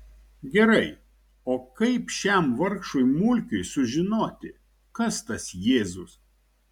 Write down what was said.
gerai o kaip šiam vargšui mulkiui sužinoti kas tas jėzus